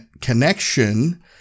connection